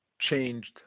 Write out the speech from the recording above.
changed